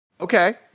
Okay